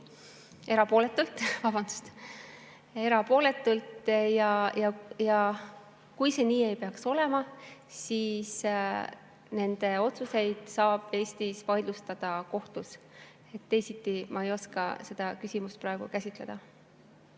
ausalt ja erapooletult. Kui see nii ei peaks olema, siis nende otsuseid saab Eestis vaidlustada kohtus. Teisiti ei oska ma seda küsimust praegu käsitleda.